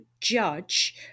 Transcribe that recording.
judge